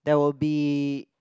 there will be